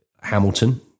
Hamilton